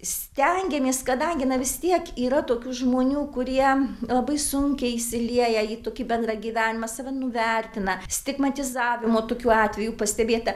stengėmės kadangi na vis tiek yra tokių žmonių kurie labai sunkiai įsilieja į tokį bendrą gyvenimą save nuvertina stigmatizavimo tokių atvejų pastebėta